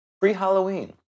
pre-Halloween